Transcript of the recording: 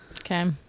Okay